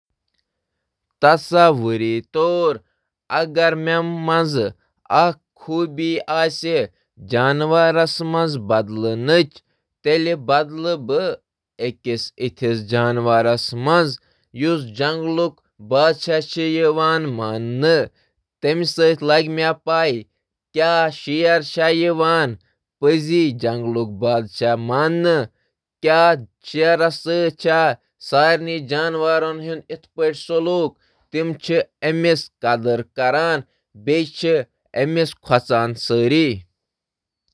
تصور کٔرِو زِ کیا بہٕ ہیکہٕ کُنہٕ جانورس منٛز تبدیل گژھتھ۔ بہٕ کرٕ شیر بننُک انتخاب۔ بس یہِ تصویٖر کٔرِو: پرٛٮ۪تھ کانٛہہ آسہِ حٲران تہٕ شایَد جنٛگل کِس بادشاہس سۭتۍ تہِ ہنا خوف۔ پرٛٮ۪تھ کانٛہہ آسہِ سٕہہ سُنٛد احتِرام۔